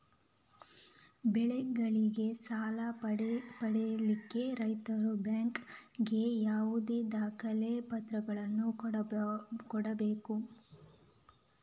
ಬೆಳೆಗಳಿಗೆ ಸಾಲ ಪಡಿಲಿಕ್ಕೆ ರೈತರು ಬ್ಯಾಂಕ್ ಗೆ ಯಾವುದೆಲ್ಲ ದಾಖಲೆಪತ್ರಗಳನ್ನು ಕೊಡ್ಬೇಕು?